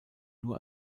nur